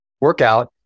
workout